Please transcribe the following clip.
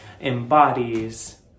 embodies